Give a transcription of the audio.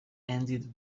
ended